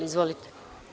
Izvolite.